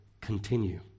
continue